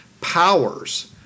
powers